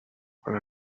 what